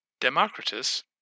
Democritus